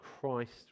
Christ